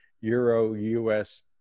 Euro-US